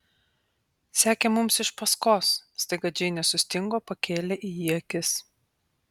sekė mums iš paskos staiga džeinė sustingo pakėlė į jį akis